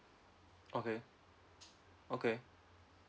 okay okay